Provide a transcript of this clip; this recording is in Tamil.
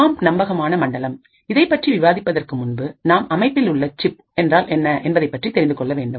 ஆம் நம்பகமான மண்டலம் இதைப் பற்றி விவாதிப்பதற்கு முன்பு நாம் அமைப்பில் உள்ள சிப்என்றால் என்ன என்பதைப்பற்றி தெரிந்து கொள்ள வேண்டும்